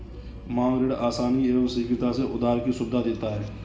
मांग ऋण आसानी एवं शीघ्रता से उधार की सुविधा देता है